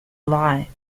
lie